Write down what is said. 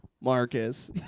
Marcus